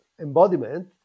embodiment